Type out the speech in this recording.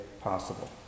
possible